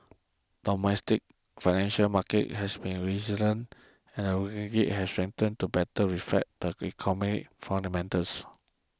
domestic financial market has been resilient and the ringgit has strengthened to better reflect the economic fundamentals